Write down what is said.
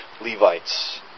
Levites